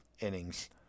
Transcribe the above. innings